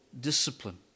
discipline